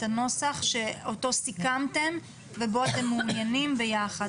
את הנוסח שאותו סיכמתם ובו אתם מעוניינים ביחד.